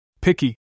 picky